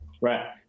Right